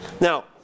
now